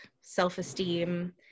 self-esteem